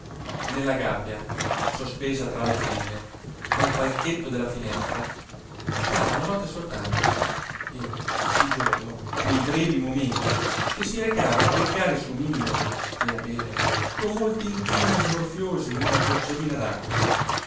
nella gabbia sospesa tra le tende al palchetto della finestra stava la notte soltanto e di giorno nei brevi momenti che si recava a beccare il suo miglio e a bere con molti inchini smorfiosi una gocciolina